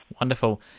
Wonderful